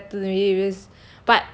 it doesn't really to me because